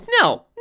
no